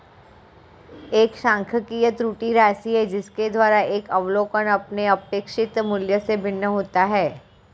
एक सांख्यिकी त्रुटि राशि है जिसके द्वारा एक अवलोकन अपने अपेक्षित मूल्य से भिन्न होता है